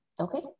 Okay